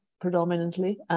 predominantly